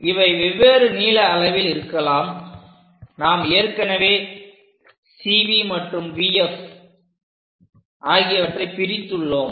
இவை வெவ்வேறு நீள அளவில் இருக்கலாம் நாம் ஏற்கனவே CV மற்றும் VF ஆகியவற்றை பிரித்துள்ளோம்